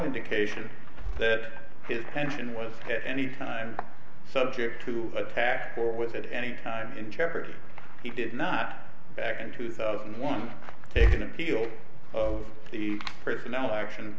indication that his pension was at any time subject to attack or with at any time in jeopardy he did not back in two thousand and one take an appeal of the personnel action